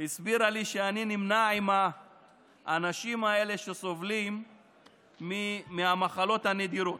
והסבירה לי שאני נמנה עם האנשים האלה שסובלים מהמחלות הנדירות.